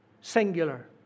singular